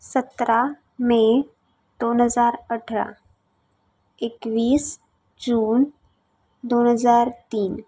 सतरा मे दोन हजार अठरा एकवीस जून दोन हजार तीन